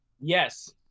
Yes